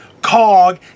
cog